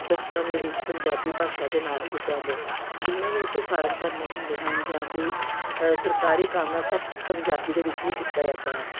ਦਫਤਰਾਂ ਦੇ ਵਿੱਚ ਪੰਜਾਬੀ ਭਾਸ਼ਾ ਦੇ ਨਾਲ ਹੀ ਕੀਤੇ ਜਾਂਦੇ ਜਿੰਨੇ ਵੀ ਅਸੀਂ ਫਾਰਮ ਭਰਨੇ ਹੁੰਦੇ ਹਨ ਜਾਂ ਕੋਈ ਸਰਕਾਰੀ ਕੰਮ ਹੈ ਸਭ ਪੰਜਾਬੀ ਦੇ ਵਿੱਚ ਹੀ ਕੀਤਾ ਜਾਂਦਾ ਹੈ